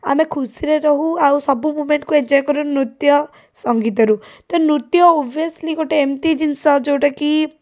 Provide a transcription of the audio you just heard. ଆମେ ଖୁସିରେ ରହୁ ଆଉ ସବୁ ମୋମେଣ୍ଟ୍କୁ ଏନ୍ଜୟ କରୁ ନୃତ୍ୟ ସଙ୍ଗୀତରୁ ତ ନୃତ୍ୟ ଓଭିୟସ୍ଲି ଗୋଟେ ଏମିତି ଜିନିଷ ଯେଉଁଟାକି